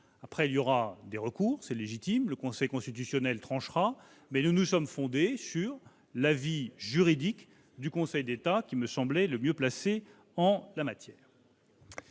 Il y aura des recours, c'est légitime, et le Conseil constitutionnel tranchera, mais nous nous sommes fondés sur l'avis juridique du Conseil d'État, qui me semblait être le mieux placé en la matière.